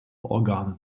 organe